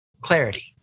clarity